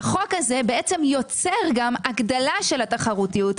החוק הזה יוצר גם הגדלת התחרותיות,